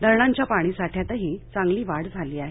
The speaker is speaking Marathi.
धरणांच्या पाणी साठ्यातही चांगली वाढ झाली आहे